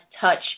touch